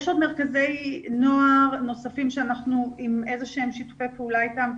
יש עוד מרכזי נוער נוספים שאנחנו עם איזה שהם שיתופי פעולה איתם,